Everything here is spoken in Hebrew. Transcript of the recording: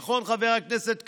נכון, חבר הכנסת קרעי?